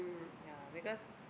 ya because